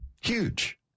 Huge